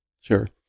Sure